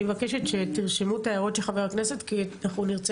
אני מבקשת שתרשמו את ההערות של חבר הכנסת כי אנחנו נרצה